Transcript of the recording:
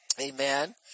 Amen